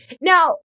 Now